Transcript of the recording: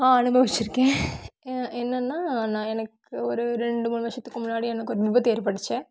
ஆ அனுபவிச்சுருக்கேன் என்னென்னா நான் எனக்கு ஒரு ரெண்டு மூணு வருஷத்துக்கு முன்னாடி எனக்கு ஒரு விபத்து ஏற்பட்டுச்சு